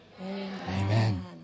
Amen